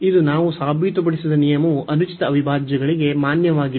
ಇದು ನಾವು ಸಾಬೀತುಪಡಿಸಿದ ನಿಯಮವು ಅನುಚಿತ ಅವಿಭಾಜ್ಯಗಳಿಗೆ ಮಾನ್ಯವಾಗಿಲ್ಲ